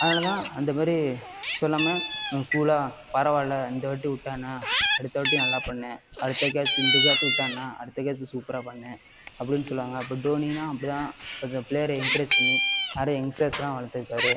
அதனால் தான் அந்த மாதிரி சொல்லாம நம்ம கூலாக பரவாயில்லை இந்த வாட்டி விட்டா என்ன அடுத்த வாட்டி நல்லா பண்ணு அடுத்த கேச்சு இந்த கேச்சு விட்டா என்ன அடுத்த கேச்சு சூப்பராக பண்ணு அப்படின்னு சொல்லுவாங்க அப்போ தோனினா அப்படி தான் கொஞ்சம் ப்ளேயரை என்கரேஜ் பண்ணி நிறையா எங்ஸ்டர்ஸ்லாம் வளத்துருக்கார்